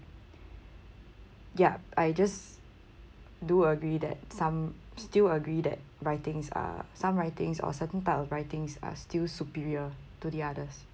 ya I just do agree that some still agree that writings are some writings or certain type of writings are still superior to the others